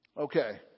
Okay